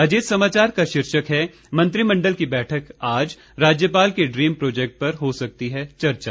अजीत समाचार का शीर्षक है मंत्रिमण्डल की बैठक आज राज्यपाल के ड्रीम प्रोजेक्ट पर हो सकती है चर्चा